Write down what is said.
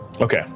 Okay